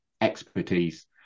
expertise